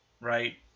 right